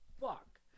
Fuck